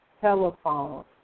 telephone